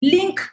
Link